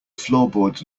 floorboards